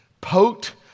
poked